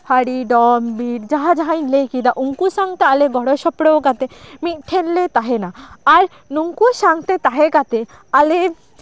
ᱦᱟᱹᱲᱤ ᱰᱚᱢ ᱵᱤᱨ ᱡᱟᱦᱟᱸ ᱡᱟᱦᱟᱭ ᱤᱧ ᱞᱟᱹᱭ ᱠᱮᱫᱟ ᱩᱱᱠᱩ ᱥᱟᱶᱛᱮ ᱟᱞᱮ ᱜᱚᱲᱚ ᱥᱚᱯᱲᱚ ᱠᱟᱛᱮᱫ ᱢᱤᱫ ᱴᱷᱮᱱᱞᱮ ᱛᱟᱦᱮᱱᱟ ᱟᱨ ᱱᱩᱝᱠᱩ ᱥᱟᱶᱛᱮ ᱛᱟᱦᱮᱸ ᱠᱟᱛᱮᱫ ᱟᱞᱮ